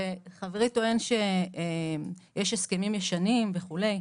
חברי טוען שיש הסכמים ישנים וכולי,